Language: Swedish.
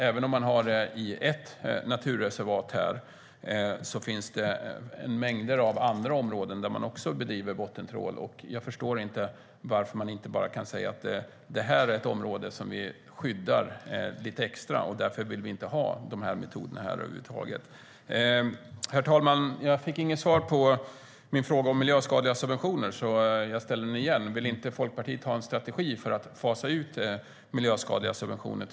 Även om man har det i ett naturreservat här finns det mängder av andra områden där man också bedriver bottentrålning. Jag förstår inte varför man inte bara kan säga: Det här är ett område som vi skyddar lite extra, och därför vill vi inte ha de här metoderna här över huvud taget. Herr talman! Jag fick inget svar på min fråga om miljöskadliga subventioner, så jag ställer den igen. Vill inte Folkpartiet ha en strategi för att fasa ut miljöskadliga subventioner?